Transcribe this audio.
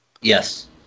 Yes